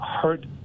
hurt